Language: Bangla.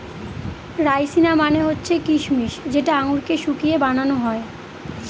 রাইসিনা মানে হচ্ছে কিসমিস যেটা আঙুরকে শুকিয়ে বানানো হয়